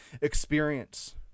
experience